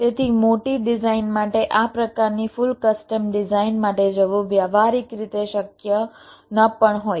તેથી મોટી ડિઝાઇન માટે આ પ્રકારની ફુલ ક્સ્ટમ ડિઝાઇન માટે જવું વ્યવહારીક રીતે શક્ય ન પણ હોય